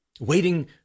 Waiting